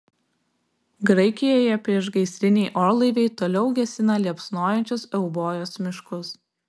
graikijoje priešgaisriniai orlaiviai toliau gesina liepsnojančius eubojos miškus